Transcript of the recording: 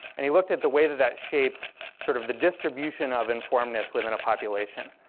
and he looked at the way that that shapes sort of the distribution of informedness within a population.